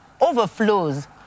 overflows